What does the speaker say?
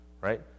right